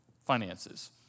finances